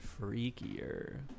freakier